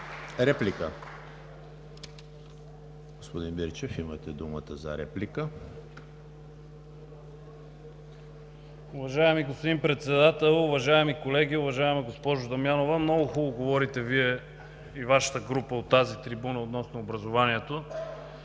Реплики? Господин Мирчев, имате думата за реплика. СТОЯН МИРЧЕВ (БСП за България): Уважаеми господин Председател, уважаеми колеги! Уважаема госпожо Дамянова, много хубаво говорите Вие и Вашата група, от тази трибуна относно образованието.